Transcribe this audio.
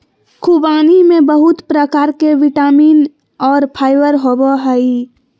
ख़ुबानी में बहुत प्रकार के विटामिन और फाइबर होबय हइ